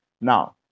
now